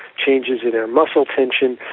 changes in our muscle tension,